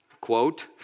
Quote